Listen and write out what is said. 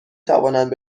توانند